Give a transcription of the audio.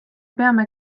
peame